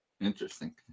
Interesting